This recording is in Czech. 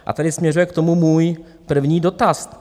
A tady směřuje k tomu můj první dotaz.